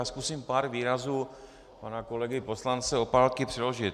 Zkusím pár výrazů pana kolegy poslance Opálky přeložit.